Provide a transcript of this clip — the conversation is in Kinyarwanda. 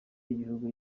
y’igihugu